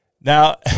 Now